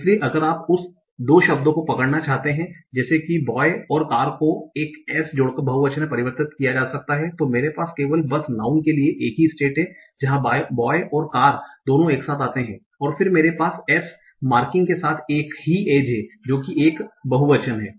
इसलिए अगर आप उस 2 शब्दों को पकड़ना चाहते हैं जैसे कि boy और car को एक s जोड़कर बहुवचन में परिवर्तित किया जा सकता है तो मेरे पास केवल बस नाऊन के लिए एक ही स्टेट हैं जहां boy और car दोनों एक साथ आते हैं और फिर मेरे पास s मार्किंग के साथ एक ही एज है जो कि एक बहुवचन है